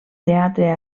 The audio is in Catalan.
teatre